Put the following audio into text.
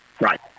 right